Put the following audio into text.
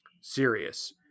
Serious